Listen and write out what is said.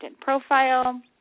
profile